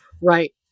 right